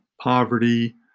poverty